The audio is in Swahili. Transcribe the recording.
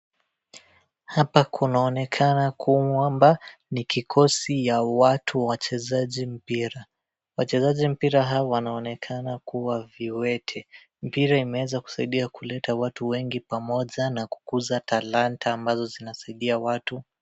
Hapa kunaonekana kwamba ni kikosi ya watu wachezaji mpira wachezaji mpira hawa wanaonekana kuwa viwete mpira imeeza kusaidia kuleta watu wengi pamoja na kukuza talanta ambazo zinasaidia watu.